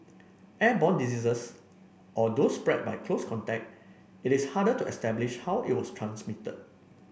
airborne diseases or those spread by close contact it is harder to establish how it was transmitted